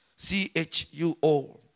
C-H-U-O